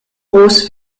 groß